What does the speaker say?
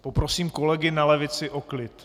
Poprosím kolegy na levici o klid.